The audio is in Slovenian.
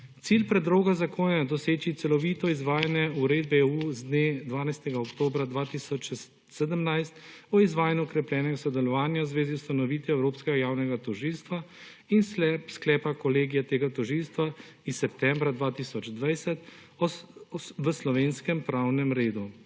Cilj predloga zakona je doseči celovito izvajanje uredbe EU z dne 12. oktobra 2017 o izvajanju okrepljenega sodelovanja v zvezi z ustanovitvijo Evropskega javnega tožilstva in sklepa kolegija tega tožilstva iz septembra 2020 v slovenskem pravnem redu.